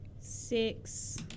Six